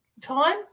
time